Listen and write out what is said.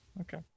Okay